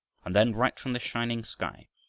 and then, right from this shining sky,